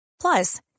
Plus